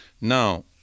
Now